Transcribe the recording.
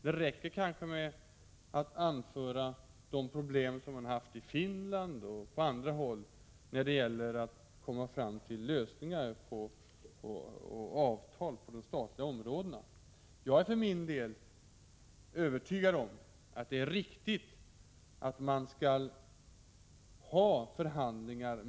Det räcker kanske med att peka på de problem som man har haft i Finland och på andra håll när det gäller att komma fram till lösningar och avtal på det statliga området. Jag för min del är övertygad om att det är riktigt att parterna förhandlar.